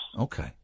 Okay